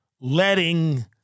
letting